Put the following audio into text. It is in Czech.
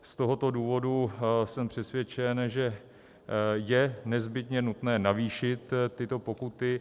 Z tohoto důvodu jsem přesvědčen, že je nezbytně nutné navýšit tyto pokuty.